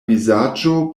vizaĝo